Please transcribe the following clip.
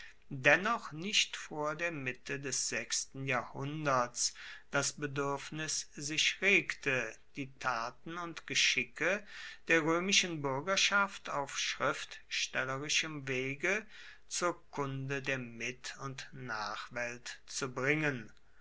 dennoch nicht vor der mitte des sechsten jahrhunderts das beduerfnis sich regte die taten und geschicke der roemischen buergerschaft auf schriftstellerischem wege zur kunde der mit und nachwelt zu bringen